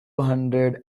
hundred